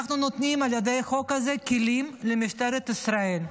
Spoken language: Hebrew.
אנחנו נותנים על ידי החוק הזה כלים למשטרת ישראל,